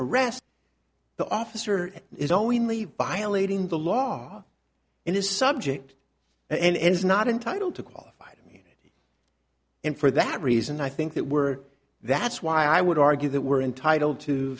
arrest the officer is only violating the law in his subject and is not entitled to qualified and for that reason i think that we're that's why i would argue that we're entitled to